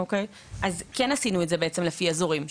כן עשינו את זה לפי אזורים,